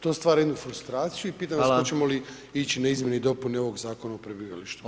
To stvara jednu frustraciju i pitam vas hoćemo li ići na izmjene i dopune ovog Zakona o prebivalištu?